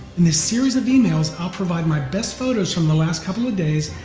in this series of emails i'll provide my best photos from the last couple of days,